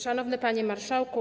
Szanowny Panie Marszałku!